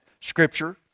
scripture